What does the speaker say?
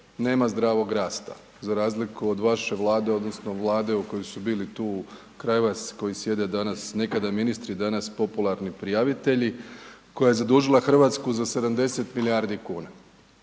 nema zdravog rasta, za razliku od vaše vlade odnosno vlade u kojoj su bili tu kraj vas koji sjede danas, nekada ministri danas popularni prijavitelji koja je zadužila Hrvatsku za 70 milijardi kuna,